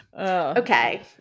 okay